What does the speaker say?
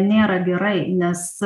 nėra gerai nes